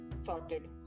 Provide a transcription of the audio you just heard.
sorted